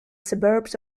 suburbs